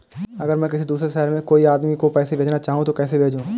अगर मैं किसी दूसरे शहर में कोई आदमी को पैसे भेजना चाहूँ तो कैसे भेजूँ?